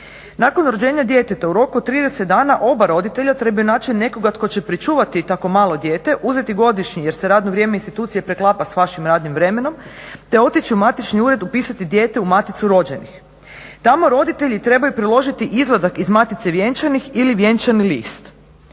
Nakon rođenja djeteta u roku od 30 dana oba roditelja trebaju naći nekoga tko će pričuvati tako malo dijete, uzeti godišnji jer se radno vrijeme institucije preklapa sa vašim radnim vremenom te otići u matični ured, upisati dijete u maticu rođenih. Tamo roditelji trebaju priložiti izvadak iz matice vjenčanih ili vjenčani list.